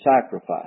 sacrifice